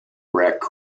wreck